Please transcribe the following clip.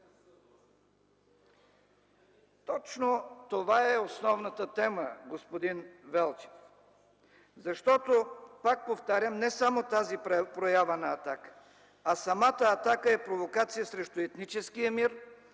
Точно това е основната тема, господин Велчев, защото, пак повтарям, не само тази проява на „Атака”, а самата „Атака” е провокация срещу етническия мир,